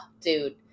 dude